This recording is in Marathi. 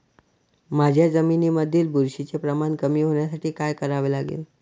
माझ्या जमिनीमधील बुरशीचे प्रमाण कमी होण्यासाठी काय करावे लागेल?